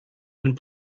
and